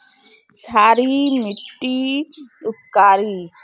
क्षारी मिट्टी उपकारी?